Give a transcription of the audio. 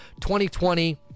2020